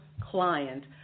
client